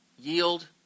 yield